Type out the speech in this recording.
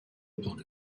upon